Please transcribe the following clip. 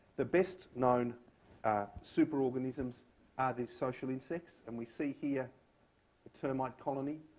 the best known superorganisms are the social insects. and we see here a termite colony.